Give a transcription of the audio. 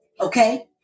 Okay